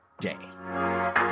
day